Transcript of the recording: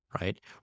right